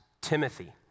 Timothy